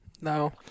no